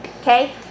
okay